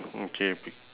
okay